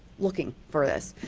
looking for this.